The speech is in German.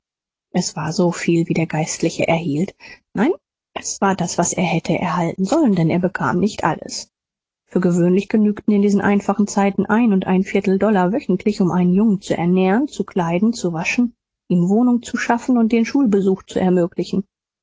es war so viel wie der geistliche erhielt nein es war das was er hätte erhalten sollen denn er bekam nicht alles für gewöhnlich genügten in diesen einfachen zeiten ein und ein viertel dollar wöchentlich um einen jungen zu ernähren zu kleiden zu waschen ihm wohnung zu schaffen und den schulbesuch zu ermöglichen